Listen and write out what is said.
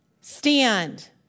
stand